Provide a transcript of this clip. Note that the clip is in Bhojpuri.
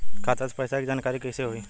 खाता मे पैसा के जानकारी कइसे होई?